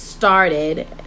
started